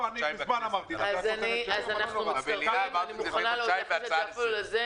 כבר לפני חודשיים וחצי אמרתי את זה בהצעה לסדר.